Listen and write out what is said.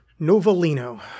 Novellino